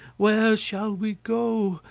where shall we go?